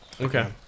okay